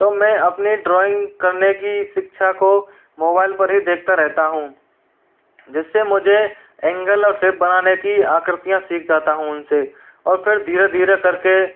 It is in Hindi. तो मैं अपनी ड्राॅइंग करने की शिक्षा को मोबाइल पर ही देखता रहता हूँ जिससे मुझे एंगल और शेप बनाने की आकृतियाँ सीख जाता हूँ उनसे और फिर धीरे धीरे करके